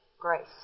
grace